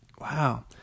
Wow